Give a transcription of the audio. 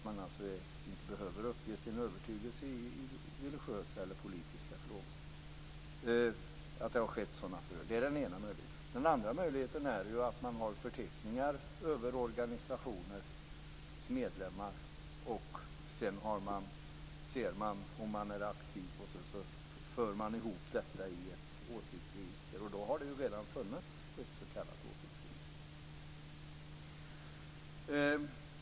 Man behöver alltså inte uppge sin övertygelse i religiösa eller politiska frågor. Det är den ena möjligheten. Den andra är att man har förteckningar över organisationers medlemmar och ser om de är aktiva. Så för man ihop detta i ett åsiktsregister. Då har det redan funnits ett s.k. åsiktsregister.